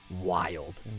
wild